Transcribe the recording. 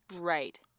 right